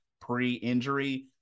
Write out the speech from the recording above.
pre-injury